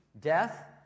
death